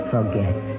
Forget